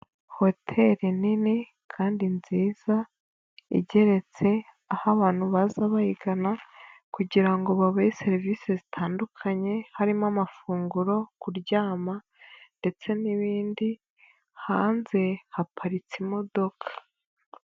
Hoteri nini kandi nziza igeretse aho abantu baza bayigana kugira ngo babahe serivisi zitandukanye harimo amafunguro, kuryama ndetse n'ibindi, hanze haparitse imodoka.